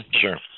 sure